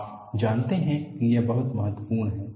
आप जानते हैं कि यह बहुत महत्वपूर्ण है